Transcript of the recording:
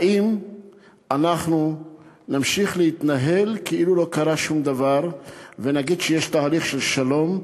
האם אנחנו נמשיך להתנהל כאילו לא קרה שום דבר ונגיד שיש תהליך של שלום?